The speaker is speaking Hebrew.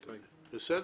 בסדר?